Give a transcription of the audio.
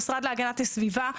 המשרד להגנת הסביבה,